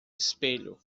espelho